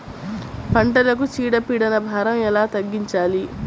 పంటలకు చీడ పీడల భారం ఎలా తగ్గించాలి?